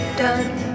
done